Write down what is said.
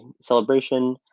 celebration